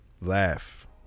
Laugh